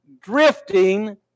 Drifting